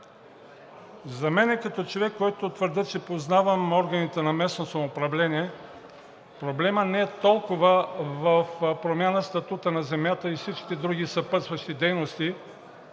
За мен като човек, който твърдя, че познавам органите на местното самоуправление, проблемът не е толкова в промяна статута на земята и всичките други съпътстващи дейности,